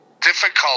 difficult